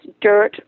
dirt